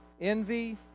Envy